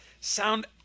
sound